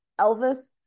Elvis